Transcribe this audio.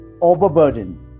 overburden